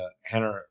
Hannah